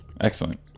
Excellent